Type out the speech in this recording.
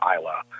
Isla